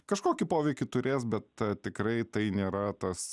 kažkokį poveikį turės bet tikrai tai nėra tas